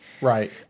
Right